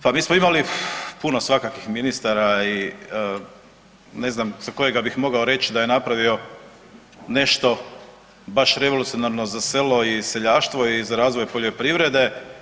Pa mi smo imali puno svakakvih ministara i ne znam za kojega bih mogao reći da je napravio nešto baš revolucionarno za selo i seljaštvo i za razvoj poljoprivrede.